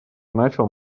начал